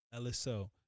lso